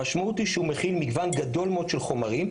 המשמעות היא שהוא מכיל מגוון גדול מאוד של חומרים.